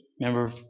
Remember